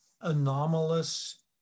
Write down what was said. anomalous